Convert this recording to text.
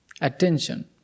attention